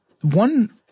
one